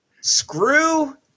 Screw